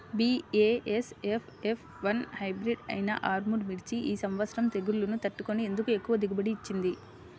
BASF F one hybrid అయినా ఆర్ముర్ మిర్చి ఈ సంవత్సరం తెగుళ్లును తట్టుకొని ఎందుకు ఎక్కువ దిగుబడి ఇచ్చింది?